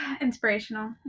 Inspirational